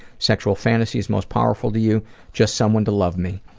sexual fantasies most powerful to you just someone to love me.